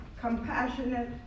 compassionate